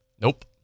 Nope